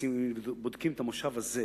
אם בודקים את המושב הזה,